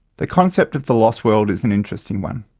the concept of the lost world is an interesting one.